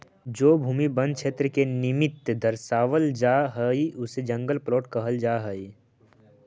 जो भूमि वन क्षेत्र के निमित्त दर्शावल जा हई उसे जंगल प्लॉट कहल जा हई